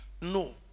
no